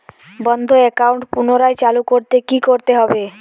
বন্ধ একাউন্ট পুনরায় চালু করতে কি করতে হবে?